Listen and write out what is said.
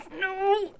no